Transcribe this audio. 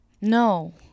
No